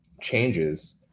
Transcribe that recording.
changes